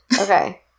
Okay